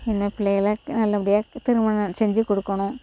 சின்ன பிள்ளைங்கள நல்ல படியாக திருமணம் செஞ்சு கொடுக்கணும்